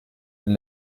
elle